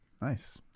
Nice